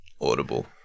Audible